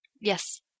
Yes